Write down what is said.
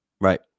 Right